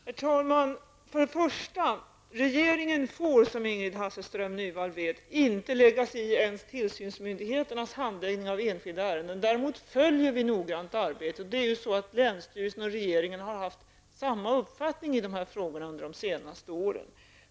Herr talman! För det första får regeringen inte, som Ingrid Hasselström Nyvall vet, lägga sig i ens tillsynsmyndigheternas handläggning av enskilda ärenden. Vi följer däremot noggrant arbetet, och länsstyrelsen och regeringen har haft samma uppfattning i de här frågorna under de senaste åren.